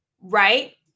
right